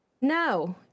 no